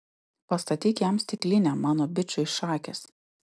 pastatyk jam stiklinę mano bičui šakės